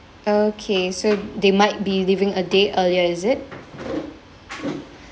okay so they might be leaving a day earlier is it